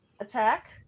attack